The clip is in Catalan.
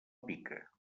pica